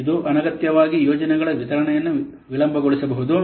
ಇದು ಅನಗತ್ಯವಾಗಿ ಯೋಜನೆಗಳ ವಿತರಣೆಯನ್ನು ವಿಳಂಬಗೊಳಿಬಹುದು